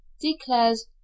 declares